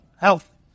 Health